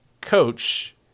coach